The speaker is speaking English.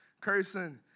cursing